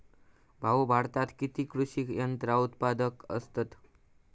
भाऊ, भारतात किती कृषी यंत्रा उत्पादक असतत